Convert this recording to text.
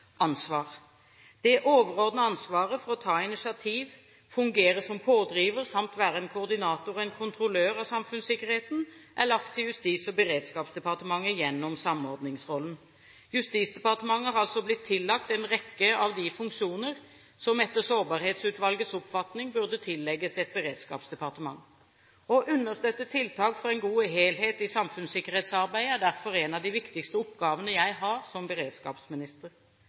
Det overordnede ansvaret for å ta initiativ, fungere som pådriver samt være en koordinator og en kontrollør for samfunnssikkerheten er lagt til Justis- og beredskapsdepartementet gjennom samordningsrollen. Justisdepartementet har altså blitt tillagt en rekke av de funksjoner som etter Sårbarhetsutvalgets oppfatning burde tillegges et beredskapsdepartement. Å understøtte tiltak for en god helhet i samfunnssikkerhetsarbeidet er derfor en av de viktigste oppgavene jeg har som beredskapsminister.